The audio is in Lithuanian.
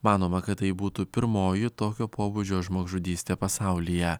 manoma kad tai būtų pirmoji tokio pobūdžio žmogžudystė pasaulyje